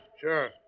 Sure